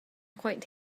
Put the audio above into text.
quite